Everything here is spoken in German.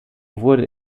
wurde